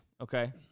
Okay